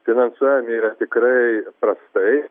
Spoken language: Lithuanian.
finansuojami yra tikrai prastai